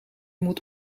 moet